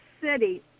city